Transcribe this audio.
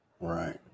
Right